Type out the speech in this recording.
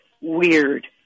Weird